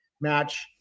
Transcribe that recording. match